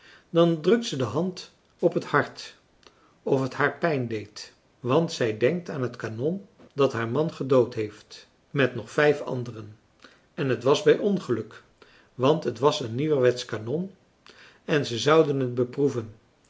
dan drukt ze de hand op het hart of het haar pijn deed want zij denkt aan het kanon dat haar man gedood heeft met françois haverschmidt familie en kennissen nog vijf anderen en het was bij ongeluk want het was een nieuwerwetsch kanon en ze zouden het beproeven